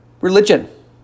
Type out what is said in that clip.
religion